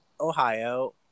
Ohio